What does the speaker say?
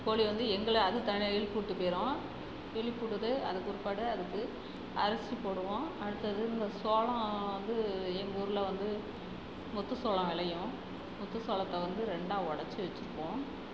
கோழி வந்து எங்களை அது தனி எழுப்பி விட்டுப் போயிடும் எழுப்பி விடுது அதுக்குப் பிற்பாடு அதுக்கு அரசி போடுவோம் அடுத்தது இந்த சோளம் வந்து எங்கூர்ல வந்து முத்து சோளம் விளையும் முத்து சோளத்தை வந்து ரெண்டாக உடச்சு வச்சிருப்போம்